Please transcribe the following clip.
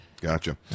Gotcha